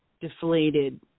deflated